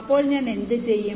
അപ്പോൾ ഞാൻ എന്ത് ചെയ്യും